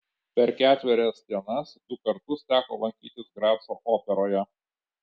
per ketverias dienas du kartus teko lankytis graco operoje